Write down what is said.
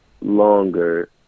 longer